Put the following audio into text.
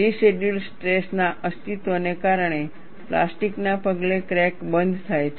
residual stress ના અસ્તિત્વને કારણે પ્લાસ્ટિકના પગલે ક્રેક પણ બંધ થાય છે